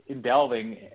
delving